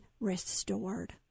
restored